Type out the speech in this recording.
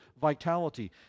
vitality